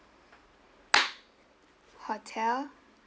hotel